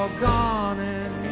ah gone